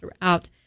throughout